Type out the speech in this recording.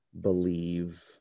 believe